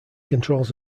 controls